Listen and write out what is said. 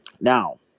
Now